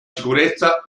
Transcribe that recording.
sicurezza